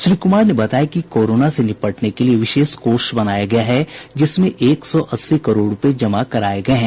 श्री कुमार ने बताया कि कोरोना से निपटने के लिये विशेष कोष बनाया गया है जिसमें एक सौ अस्सी करोड़ रूपये जमा कराये गये हैं